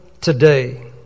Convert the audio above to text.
today